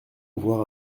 avoir